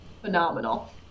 phenomenal